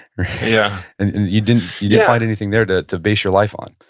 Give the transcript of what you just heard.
yeah and you didn't yeah find anything there to to base your life on?